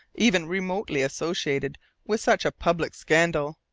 even remotely associated with such a public scandal,